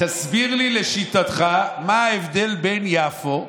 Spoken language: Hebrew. תסביר לי לשיטתך מה ההבדל בין יפו לשכם.